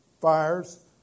fires